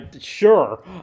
Sure